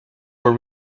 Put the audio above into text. were